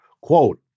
quote